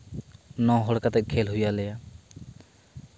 ᱱᱚ ᱦᱚᱲ ᱠᱟᱛᱮ ᱠᱷᱮᱹᱞ ᱦᱩᱭ ᱟᱞᱮᱭᱟ